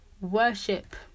worship